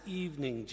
evening